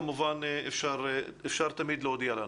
כמובן אפשר תמיד להודיע לנו.